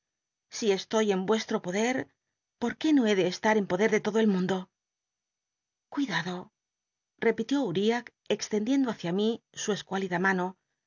si e toy en uestro poder por qué no he de esta en podl'r de todo el mundo cuidado repitió l'riah extendiendo hacia mi su escuálida mano